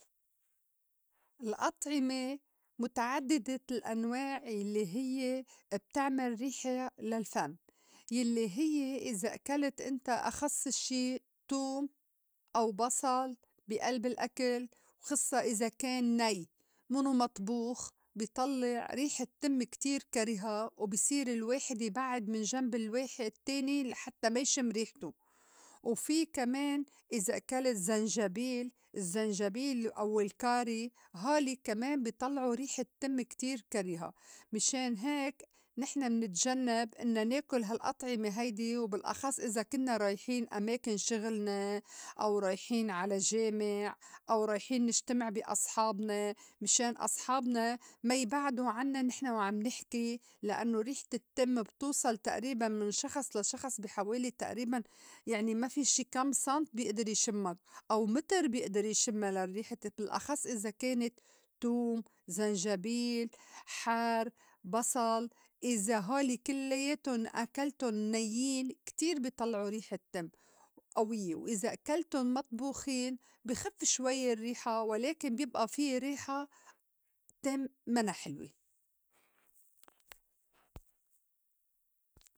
الأطعمة مُتعدّدة الأنواع يلّي هيّ بتعمل ريحا للفَم يلّي هيّ إذا أكلت إنت أخصّ اشّي توم أو بصل بي ألب الأكل خِصّة إذا كان ني مِنو مطبوخ بي طلّع ريحة تم كتير كريها وبي صير الواحد يبعّد من جنب الواحد التّاني لحتّى ما يشم ريحتو، وفي كمان إذا أكلت زنجبيل الزّنجبيل أو الكاري هولي كمان بي طلعو ريحة تم كتير كريهة، مِشان هيك نحن منتجنّب إنّا ناكُل هالأطعمة هيدي وبالأخص إذا كنّا رايحين أماكن شِغلنا أو رايحين على جامع أو رايحين نجتمع بي أصحابنا مِشان أصحابنا ما يبعدو عنّا نحن وعم نحكي لأنّو ريحة التّم بتوصل تئريباً من شخص لَشَخص بي حوالي تئريباً يعني ما في شي كَم صنْت بيئدر يشمّك أو متر بيئدر يشمّا لريحة بالأخص إذا كانت توم، زنجبيل، حر، بصل، إذا هولي كلّياتُن أكلْتُن نيّين كتير بي طلعو ريحة تم ئويّة وإذا أكلتُن مطبوخين بي خف شوي الرّيحة ولكن بيبئى في ريحة تم مَنَا حلوة.